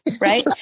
Right